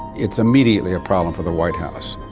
it's immediately a problem for the white house.